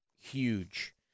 Huge